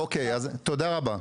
אוקיי, תודה רבה.